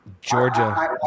Georgia